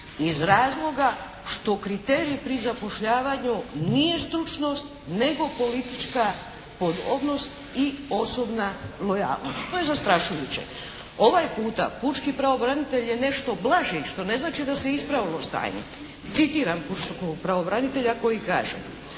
iz razloga što kriterij pri zapošljavanju nije stručnost nego politička podobnost i osobna lojalnost. To je zastrašujuće. Ovaj puta pučki pravobranitelj je nešto blaži što ne znači da se ispravilo stanje. Citiram pučkog pravobranitelja koji kaže: